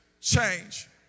change